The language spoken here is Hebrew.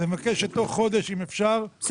אז אני מבקש שתוך חודש, אם אפשר, לגמור את זה.